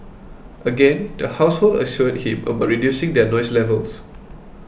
again the household assured him about reducing their noise levels